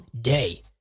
day